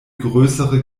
größere